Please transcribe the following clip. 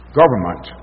government